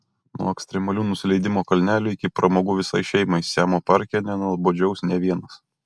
nuo ekstremalių nusileidimo kalnelių iki pramogų visai šeimai siamo parke nenuobodžiaus nė vienas